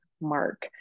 Mark